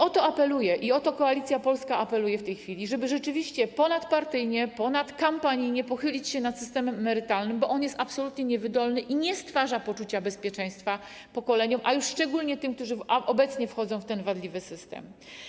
O to apeluję, i o to apeluje w tej chwili Koalicja Polska, żeby rzeczywiście ponadpartyjnie, ponadkampanijnie pochylić się nad systemem emerytalnym, bo on jest absolutnie niewydolny i nie daje poczucia bezpieczeństwa pokoleniom, a już szczególnie tym, którzy obecnie wchodzą w ten wadliwy system.